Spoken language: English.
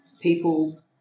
people